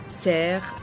Terre